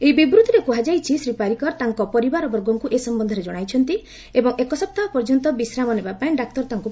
ଏହି ବିବୃତ୍ତିରେ କୁହାଯାଇଛି ଶ୍ରୀ ପାରିକର ତାଙ୍କ ପରିବାରବର୍ଗଙ୍କୁ ଏ ସମ୍ଭନ୍ଧରେ ଜଣାଇଛନ୍ତି ଏବଂ ଏକ ସପ୍ତାହ ପର୍ଯ୍ୟନ୍ତ ବିଶ୍ରାମ ନେବାପାଇଁ ଡାକ୍ତର ତାଙ୍କୁ ପରାମର୍ଶ ଦେଇଛନ୍ତି